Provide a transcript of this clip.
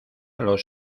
los